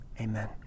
amen